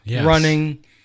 running